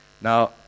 Now